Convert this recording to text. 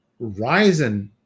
Ryzen